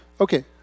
Okay